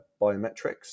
biometrics